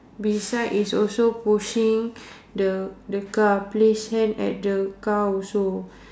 beside is also pushing the the car place hand at the car also